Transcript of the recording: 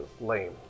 Lame